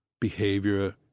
behavior –